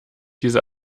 diese